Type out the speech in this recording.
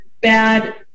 bad